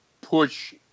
push